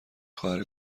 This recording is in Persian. خواهر